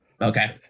Okay